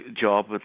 job